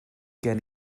gen